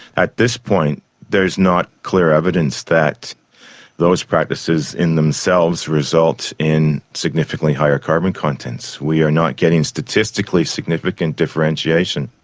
at this point there is not clear evidence that those practices in themselves result in significantly higher carbon contents. we are not getting statistically significant differentiation.